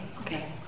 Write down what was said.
Okay